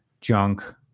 Junk